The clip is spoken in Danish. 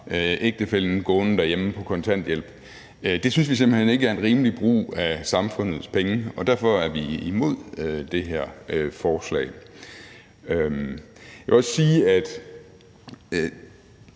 ægtefællen gående derhjemme på kontanthjælp. Det synes vi simpelt hen ikke er en rimelig brug af samfundets penge, og derfor er vi imod det her forslag. Jeg vil også sige: Man